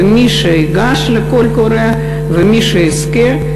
ומי שייגש לקול קורא ומי שיזכה,